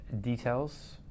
Details